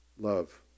love